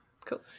Cool